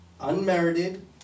unmerited